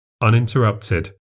uninterrupted